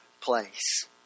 place